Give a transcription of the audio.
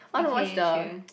okay true